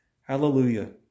hallelujah